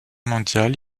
mondiale